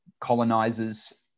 colonizers